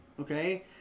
Okay